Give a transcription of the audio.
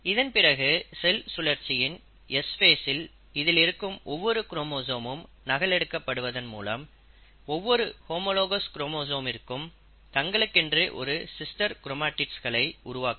இதன்பிறகு செல் சுழற்சியின் S ஃபேசில் இதில் இருக்கும் ஒவ்வொரு குரோமோசோமும் நகல் எடுக்கப்படுவதன் மூலம் ஒவ்வொரு ஹோமோலாகஸ் குரோமோசோமிற்கும் தங்களுக்கென்று ஒரு சிஸ்டர் கிரோமடிட்ஸ்களை உருவாக்கும்